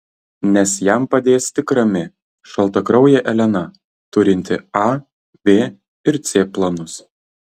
nes jam padės tik rami šaltakraujė elena turinti a b ir c planus